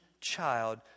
child